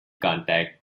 contact